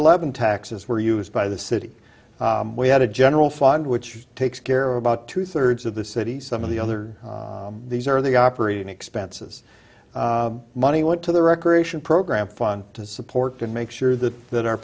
eleven taxes were used by the city we had a general fund which takes care about two thirds of the city some of the other these are the operating expenses money went to the recreation program fun to support to make sure that that